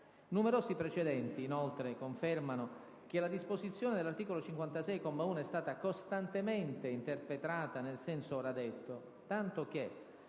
Numerosi precedenti, inoltre, confermano che la disposizione dell'articolo 56, comma 1, è costantemente interpretata nel senso ora detto, tanto che,